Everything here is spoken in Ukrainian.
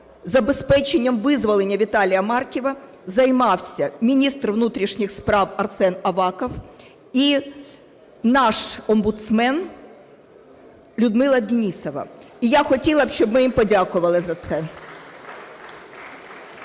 забезпеченням визволення Віталія Марківа займався міністр внутрішніх справ Арсен Аваков і наш омбудсмен Людмила Денісова. І я хотіла б, щоб ми їм подякували за це.